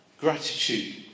gratitude